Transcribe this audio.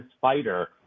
fighter